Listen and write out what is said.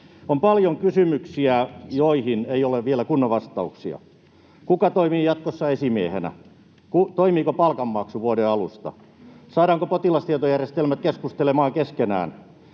On paljon kysymyksiä, joihin ei ole vielä kunnon vastauksia: Kuka toimii jatkossa esimiehenä? Toimiiko palkanmaksu vuoden alusta? Saadaanko potilastietojärjestelmät keskustelemaan keskenään?